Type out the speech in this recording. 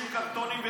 30 נוספים.